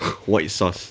white sus